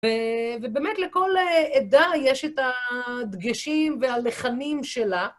ובאמת לכל עדה יש את הדגשים והלחנים שלה.